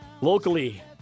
locally